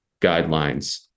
guidelines